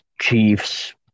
Chiefs